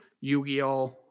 Yu-Gi-Oh